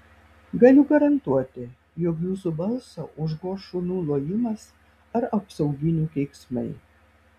galiu garantuoti jog jūsų balsą užgoš šunų lojimas ar apsauginių keiksmai